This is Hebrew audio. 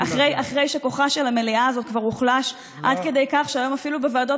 אחרי שכוחה של המליאה הזאת כבר הוחלש עד כדי כך שהיום אפילו בוועדות